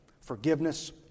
Forgiveness